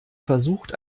versucht